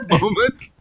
moment